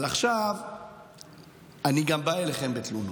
אבל עכשיו אני בא גם אליכם בתלונות.